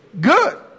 good